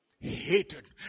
hated